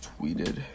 tweeted